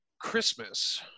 Christmas